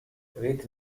with